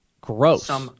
gross